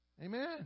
amen